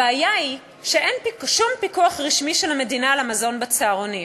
הבעיה היא שאין שום פיקוח רשמי של המדינה על המזון בצהרונים.